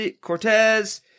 Cortez